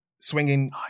swinging